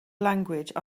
language